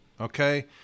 okay